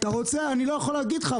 אני לא יכול להגיד לך,